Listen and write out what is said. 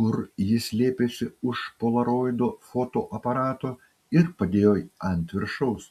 kur ji slėpėsi už polaroido fotoaparato ir padėjo ant viršaus